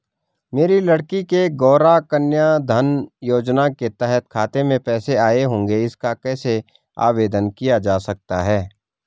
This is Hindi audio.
मेरी लड़की के गौंरा कन्याधन योजना के तहत खाते में पैसे आए होंगे इसका कैसे आवेदन किया जा सकता है?